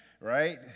Right